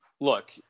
look